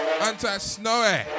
Anti-snowy